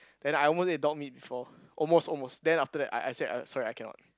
then I almost ate dog meat before almost almost then after that I I said I ah sorry I cannot